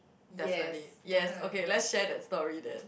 definitely yes okay let's share that story then